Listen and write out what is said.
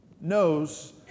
knows